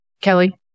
Kelly